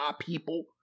people